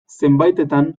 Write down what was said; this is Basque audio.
zenbaitetan